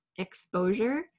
exposure